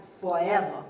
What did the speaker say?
forever